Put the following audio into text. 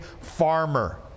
farmer